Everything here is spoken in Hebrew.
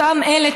אותם אלה,